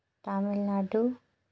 Tamil Nadu